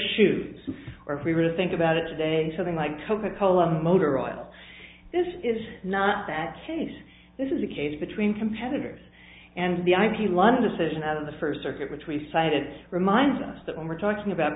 shoes or if we were to think about it today so then like coca cola motor oil this is not that case this is a case between competitors and the ip london decision of the first circuit which we cited reminds us that when we're talking about